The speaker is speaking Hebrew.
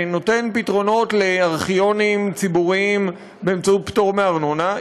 שנותן פתרונות לארכיונים ציבוריים באמצעות פטור מארנונה.